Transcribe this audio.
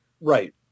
Right